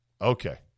Okay